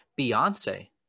Beyonce